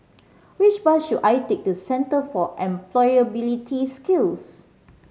which bus should I take to Centre for Employability Skills